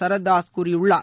சரத் தாஸ் கூறியுள்ளார்